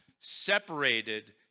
Separated